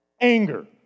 Anger